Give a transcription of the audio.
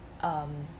um